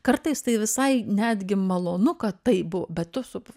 kartais tai visai netgi malonu kad taip buvo bet tu su